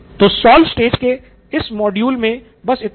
तो solve stage के इस मॉड्यूल मे बस इतना ही